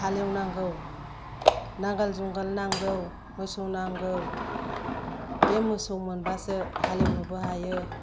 हालेवनांगौ नांगाल जुंगाल नांगौ मोसौ नांगौ बे मोसौ मोनबासो हालेवनोबो हायो